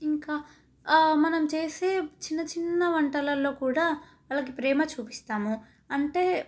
ఇంకా మనం చేసే చిన్న చిన్న వంటలలో కూడా వాళ్ళకి ప్రేమ చూపిస్తాము అంటే